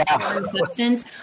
substance